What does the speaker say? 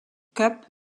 cup